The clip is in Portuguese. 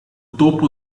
topo